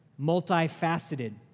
multifaceted